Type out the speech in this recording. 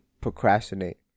procrastinate